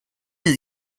his